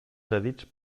cedits